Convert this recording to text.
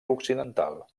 occidental